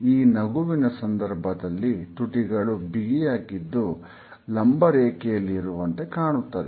ಈ ನಗುವಿನ ಸಂದರ್ಭದಲ್ಲಿ ತುಟಿಗಳು ಬಿಗಿಯಾಗಿದ್ದು ಲಂಬ ರೇಖೆಯಲ್ಲಿ ಇರುವಂತೆ ಕಾಣುತ್ತದೆ